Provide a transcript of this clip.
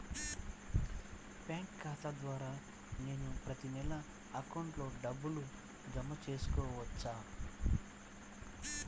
Bank ఖాతా ద్వారా నేను ప్రతి నెల అకౌంట్లో డబ్బులు జమ చేసుకోవచ్చా?